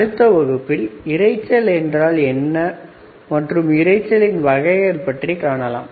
அடுத்த வகுப்பில் இரைச்சல் என்றால் என்ன மற்றும் இரைச்சலின் வகைகளை பற்றி காணலாம்